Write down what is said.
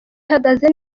ihagaze